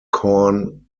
corn